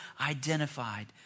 identified